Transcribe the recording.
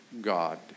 God